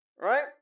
right